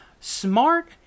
smart